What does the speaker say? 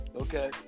Okay